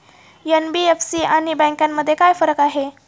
NBFC आणि बँकांमध्ये काय फरक आहे?